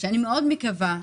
ואני מאוד מקווה,